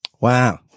Wow